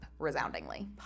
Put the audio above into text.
Resoundingly